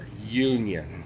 Union